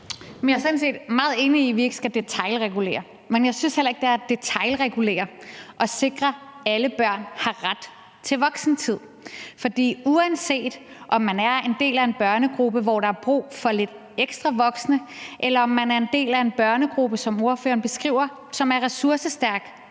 set meget enig i, at vi ikke skal detailregulere. Men jeg synes heller ikke, det er at detailregulere at sikre, at alle børn har ret til voksentid. For uanset om man er en del af en børnegruppe, hvor der er brug for lidt ekstra voksne, eller om man er en del af en børnegruppe, som ordføreren beskriver, som er ressourcestærk,